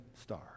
star